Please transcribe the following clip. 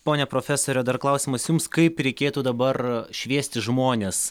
ponia profesore dar klausimas jums kaip reikėtų dabar šviesti žmones